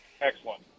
Excellent